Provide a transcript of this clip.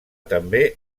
també